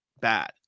bad